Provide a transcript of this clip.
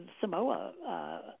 Samoa